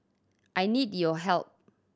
I need your help